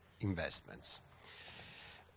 investments